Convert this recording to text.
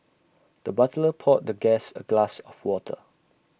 the butler poured the guest A glass of water